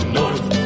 north